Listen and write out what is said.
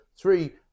three